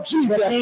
Jesus